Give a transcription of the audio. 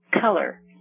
color